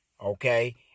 okay